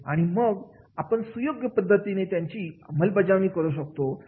आणि मग आपण सुयोग्य पद्धतीने त्याची अंमलबजावणी करू शकतो